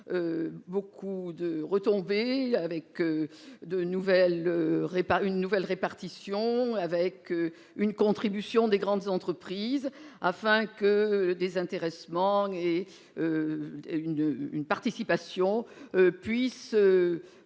nombreuses retombées- une nouvelle répartition, une contribution des grandes entreprises -, afin que l'intéressement et la participation puissent